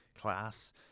class